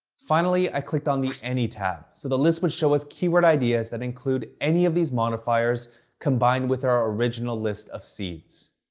finally, i clicked on the any tab so the list would show us keyword ideas that include any of these modifiers combined with our original list of seeds.